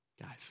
guys